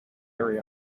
area